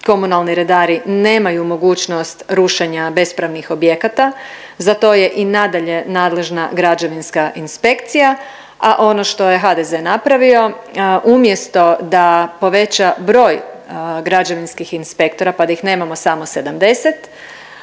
komunalni redari nemaju mogućnost rušenja bespravnih objekata, za to je i nadalje nadležna građevinska inspekcija, a ono što je HDZ napravio umjesto da poveća broj građevinskih inspektora pa da ih nemamo samo 70